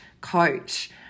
coach